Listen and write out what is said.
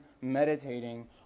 meditating